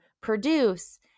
produce